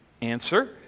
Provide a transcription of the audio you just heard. Answer